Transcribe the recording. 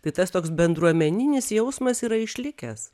tai tas toks bendruomeninis jausmas yra išlikęs